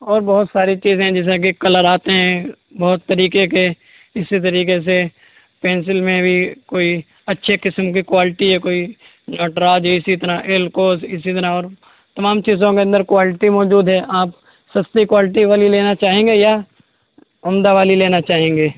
اور بہت ساری چیزیں جیسے کہ کلر آتے ہیں بہت طریقے کے اسی طریقے سے پینسل میں بھی کوئی اچھے قسم کے کوائلٹی یا کوئی نٹراج اسی طرح ایلکوز اسی طرح اور تمام چیزوں کے اندر کوائلٹی موجود ہے آپ سستی کوائلٹی والی لینا چاہیں گے یا عمدہ والی لینا چاہیں گے